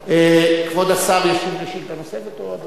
כבוד השר ישיב על שאילתא נוספת?